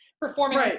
performing